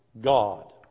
God